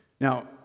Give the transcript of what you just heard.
Now